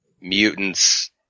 mutants